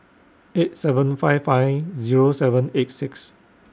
eight seven five five Zero seven eight six